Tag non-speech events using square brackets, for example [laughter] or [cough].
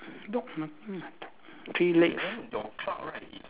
dog [noise] three legs